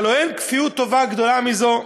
הלוא אין כפיות טובה גדולה מזו: